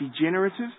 degenerative